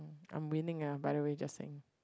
I'm winning ah by the way just saying